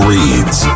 Reads